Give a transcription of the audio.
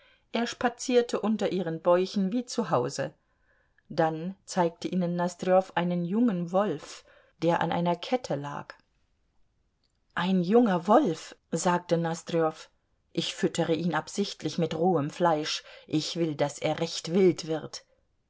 er spazierte unter ihren bäuchen wie zu hause dann zeigte ihnen nosdrjow einen jungen wolf der an einer kette lag ein junger wolf sagte nosdrjow ich füttere ihn absichtlich mit rohem fleisch ich will daß er recht wild wird